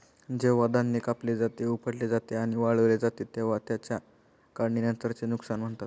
जेव्हा धान्य कापले जाते, उपटले जाते आणि वाळवले जाते तेव्हा त्याला काढणीनंतरचे नुकसान म्हणतात